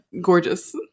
gorgeous